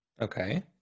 Okay